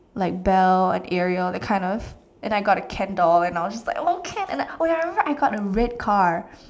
like Belle and Ariel that kind of and I got a Ken doll and I was just like oh Ken and like oh ya I remember I got a red car